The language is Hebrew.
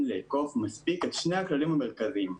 לאכוף מספיק את שני הכללים המרכזיים שהם: